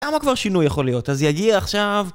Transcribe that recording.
כמה כבר שינוי יכול להיות? אז יגיע עכשיו...